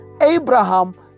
abraham